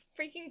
freaking